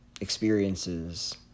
experiences